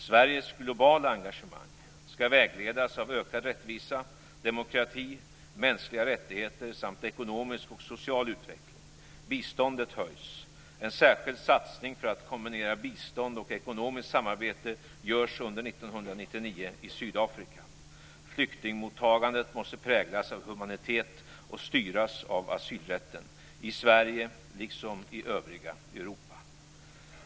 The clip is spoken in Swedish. Sveriges globala engagemang skall vägledas av ökad rättvisa, demokrati, mänskliga rättigheter samt ekonomisk och social utveckling. Biståndet höjs. En särskild satsning för att kombinera bistånd och ekonomiskt samarbete görs under 1999 i Sydafrika. Flyktingmottagandet måste präglas av humanitet och styras av asylrätten - i Sverige liksom i övriga Europa.